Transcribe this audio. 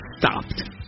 stopped